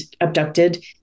abducted